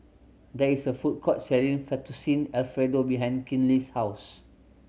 there is a food court selling Fettuccine Alfredo behind Kinley's house